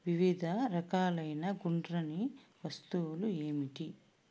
వివిధ రకాలైన గుండ్రని వస్తువులు ఏమిటి